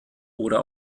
oder